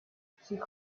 hip